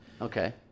Okay